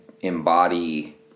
embody